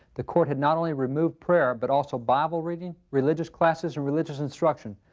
the court had not only removed prayer, but also bible reading, religious classes and religious instruction.